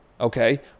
okay